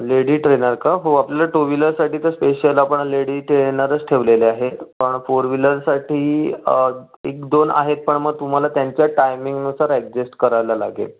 lady trainer का हो आपल्या टू व्हिलरसाठी तर स्पेशल आपण लेडी ट्रेनरच ठेवलेल्या आहेत पण फोर व्हिलरसाठी एक दोन आहेत पण मग तुम्हाला त्यांच्या टायमिंगनुसार ॲडजेस्ट करायला लागेल